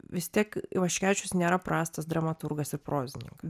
vis tiek ivaškevičius nėra prastas dramaturgas ir prozininkas